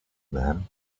man